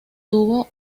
tuvo